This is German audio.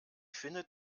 findet